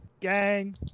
Gang